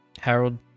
Harold